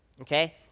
Okay